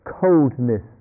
coldness